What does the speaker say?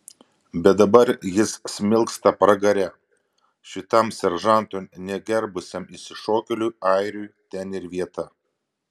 bet dabar jis smilksta pragare šitam seržantų negerbusiam išsišokėliui airiui ten ir vieta